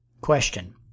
Question